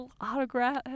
autograph